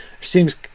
seems